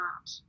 art